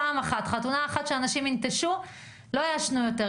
פעם אחת, חתונה אחת שאנשים ינטשו, ולא יעשנו יותר.